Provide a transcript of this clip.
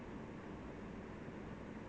!aiyo!